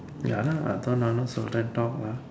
ya lah அதான் நானும் சொல்லுறேன்:athaan naanum sollureen talk lah